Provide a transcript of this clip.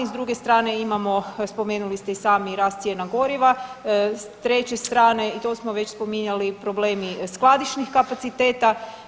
S druge strane imamo spomenuli ste i sami rast cijena goriva, s treće strane i to smo već spominjali problemi skladišnih kapaciteta.